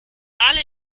alle